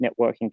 networking